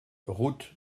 route